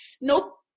Nope